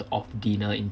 of dinner in